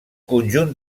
conjunt